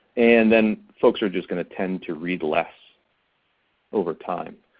and then folks are just gonna tend to read less over time.